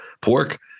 pork